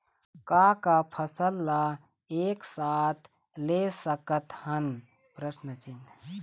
का का फसल ला एक साथ ले सकत हन?